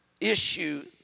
issue